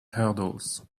hurdles